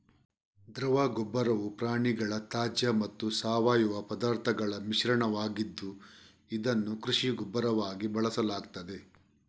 ದ್ರವ ಗೊಬ್ಬರವು ಪ್ರಾಣಿಗಳ ತ್ಯಾಜ್ಯ ಮತ್ತು ಸಾವಯವ ಪದಾರ್ಥಗಳ ಮಿಶ್ರಣವಾಗಿದ್ದು, ಇದನ್ನು ಕೃಷಿ ಗೊಬ್ಬರವಾಗಿ ಬಳಸಲಾಗ್ತದೆ